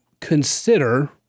consider